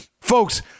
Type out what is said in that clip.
Folks